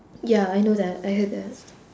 ya I know that I heard that